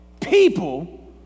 People